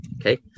Okay